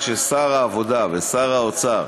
ששר העבודה ושר האוצר,